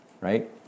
right